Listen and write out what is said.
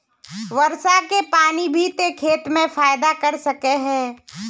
वर्षा के पानी भी ते खेत में फायदा कर सके है?